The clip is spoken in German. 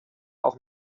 auch